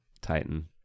titan